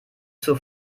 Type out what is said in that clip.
zur